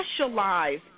specialize